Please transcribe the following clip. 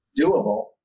doable